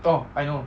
orh I know